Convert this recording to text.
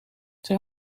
zij